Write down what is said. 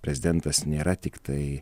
prezidentas nėra tiktai